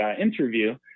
interview